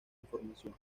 información